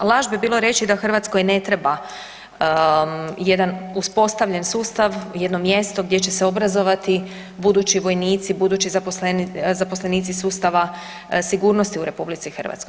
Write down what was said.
Laž bi bilo reći da Hrvatskoj ne treba jedan uspostavljen sustav i jedno mjesto gdje će se obrazovati budući vojnici i budući zaposlenici sustava sigurnosti u RH.